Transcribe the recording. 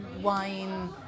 wine